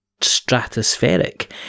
stratospheric